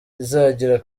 izagira